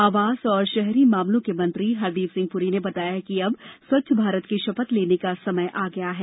आवास और शहरी मामलों के मंत्री हरदीप सिंह पुरी ने बताया कि अब स्वच्छ और भारत की शपथ लेने का समय आ गया है